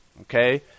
okay